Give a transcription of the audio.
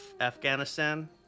Afghanistan